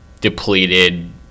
depleted